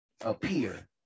appear